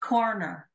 Corner